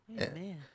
Amen